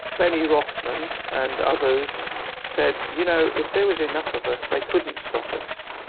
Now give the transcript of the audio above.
benny rothmann and others said, you know, if there was enough of us they couldn't stop us.